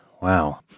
Wow